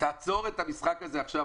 תעצור את המשחק הזה עכשיו.